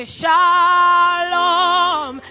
shalom